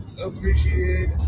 appreciate